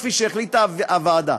כפי שהחליטה הוועדה,